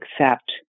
accept